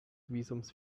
visums